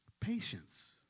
patience